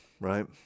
right